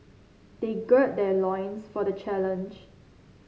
they gird their loins for the challenge